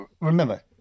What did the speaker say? Remember